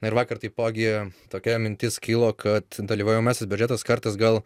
ir vakar taipogi tokia mintis kilo kad dalyvaujamasis biudžetas kartais gal